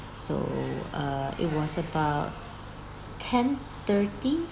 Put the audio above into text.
so uh it was about ten thirty